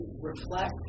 reflect